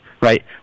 right